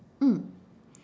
mm